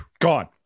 Gone